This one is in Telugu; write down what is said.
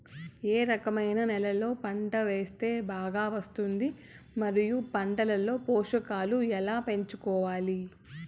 ఏ రకమైన నేలలో పంట వేస్తే బాగా వస్తుంది? మరియు పంట లో పోషకాలు ఎలా పెంచుకోవాలి?